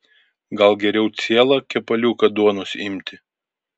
gal geriau cielą kepaliuką duonos imti